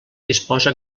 disposa